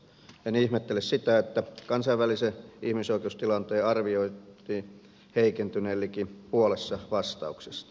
en ihmettele sitä että kansainvälisen ihmisoikeustilanteen arvioitiin heikentyneen liki puolessa vastauksista